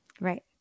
Right